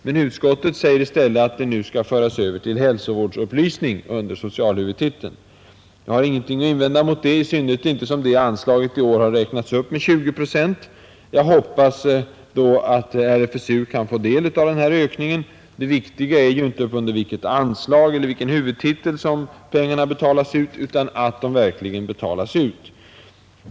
Men utskottet säger i stället att det nu skall föras över till punkten Hälsovårdsupplysning under socialhuvudtiteln. Jag har ingenting att invända mot detta, i synnerhet som det anslaget i år har räknats upp med 20 procent. Jag hoppas då att RFSU kan få del av den här ökningen. Det viktiga är ju inte under vilket anslag eller vilken huvudtitel som pengarna betalas ut, utan att de verkligen betalas ut.